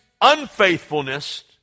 unfaithfulness